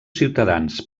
ciutadans